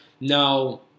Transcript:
Now